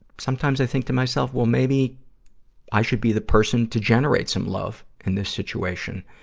sometimes i think to myself, well, maybe i should be the person to generate some love in this situation.